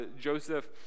Joseph